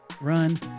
run